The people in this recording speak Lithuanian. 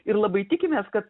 ir labai tikimės kad